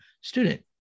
student